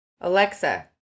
Alexa